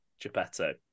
Geppetto